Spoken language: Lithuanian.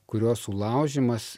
kurio sulaužymas